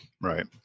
Right